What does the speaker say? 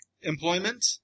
employment